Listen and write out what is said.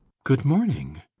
good morning.